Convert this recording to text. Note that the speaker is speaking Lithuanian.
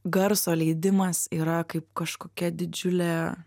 garso leidimas yra kaip kažkokia didžiulė